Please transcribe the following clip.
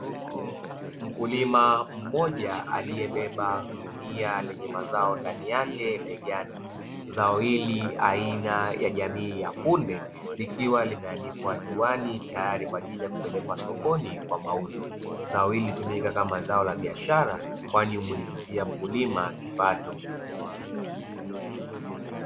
Mkulima mmoja aliyebeba gunia lenye mazao ndani yake begani zao ili aina ya jamii ya kunde, likiwa limeanikwa juani, tayari kwa ajili ya kupelekwa sokoni kwa mauzo za wawili kama zao la biashara kwa nyimbo ingezia mkulima kipato.